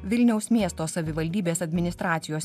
vilniaus miesto savivaldybės administracijos